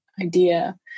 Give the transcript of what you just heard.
idea